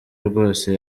rwose